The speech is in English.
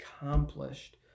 accomplished